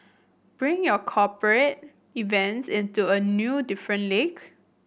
bring your cooperate events into a new different league